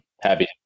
happy